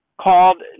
called